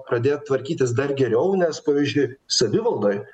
pradėt tvarkytis dar geriau nes pavyzdžiui savivaldoj